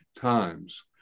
times